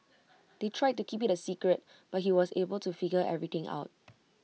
they tried to keep IT A secret but he was able to figure everything out